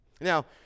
Now